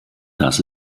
das